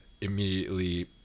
immediately